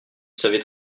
savez